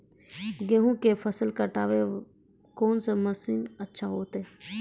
गेहूँ के फसल कटाई वास्ते कोंन मसीन अच्छा होइतै?